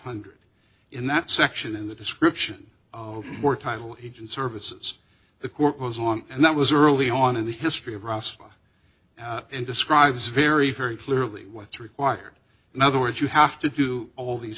hundred in that section in the description of more title he didn't services the court was on and that was early on in the history of rasa in describes very very clearly what's required in other words you have to do all these